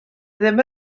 ddim